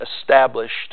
established